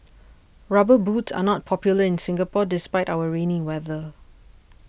rubber boots are not popular in Singapore despite our rainy weather